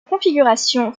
configuration